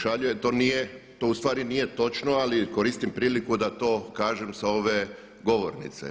To u stvari nije točno, ali koristim priliku da to kažem sa ove govornice.